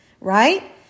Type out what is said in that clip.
right